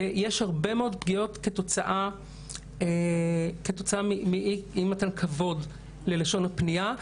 יש הרבה מאוד פגיעות כתוצאה מאי מתן כבוד ללשון הפנייה.